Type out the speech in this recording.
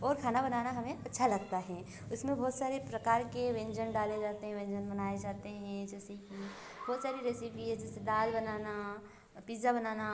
और खाना बनाना हमें अच्छा लगता हे उसमें बहुत सारे प्रकार के व्यंजन डाले जाते हैं व्यंजन बनाए जाते हें जैसे बहुत सारी रेसिपी है जैसे दाल बनाना पीज़ा बनाना